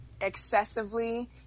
excessively